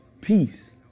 peace